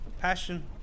passion